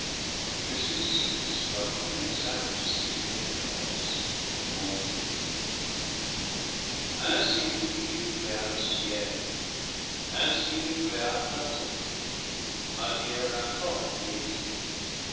que ceci soit ton exacte circonférence ô monde i ainsi dieu créa le ciel ainsi il créa la terre matière in forme et vide